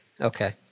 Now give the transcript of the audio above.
Okay